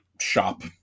shop